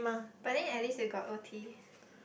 but then at least you got O_T